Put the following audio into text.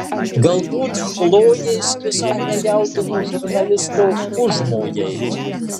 galbūt chlojės visai nejaudino žurnalisto užmojai